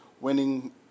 winning